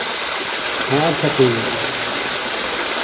ᱦᱮᱸ ᱟᱪᱪᱷᱟ ᱴᱷᱤᱠ ᱜᱮᱭᱟ